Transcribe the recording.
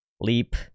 leap